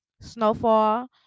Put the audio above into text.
Snowfall